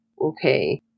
okay